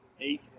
Eight